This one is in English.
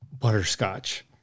butterscotch